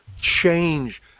change